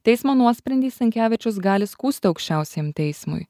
teismo nuosprendį stankevičius gali skųsti aukščiausiajam teismui